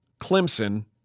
Clemson